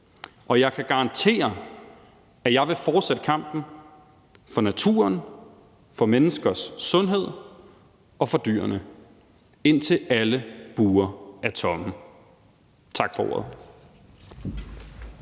Og jeg kan garantere, at jeg vil fortsætte kampen for naturen, for menneskers sundhed og for dyrene, indtil alle bure er tomme. Tak for ordet.